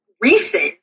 recent